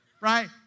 right